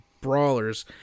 brawlers